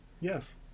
Yes